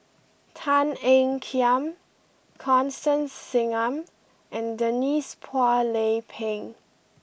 Tan Ean Kiam Constance Singam and Denise Phua Lay Peng